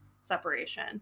separation